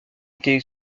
été